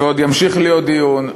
ועוד ימשיך ויהיה דיון,